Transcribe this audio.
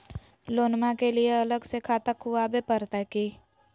लोनमा के लिए अलग से खाता खुवाबे प्रतय की?